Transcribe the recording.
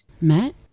Matt